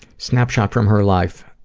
snapshot from her life,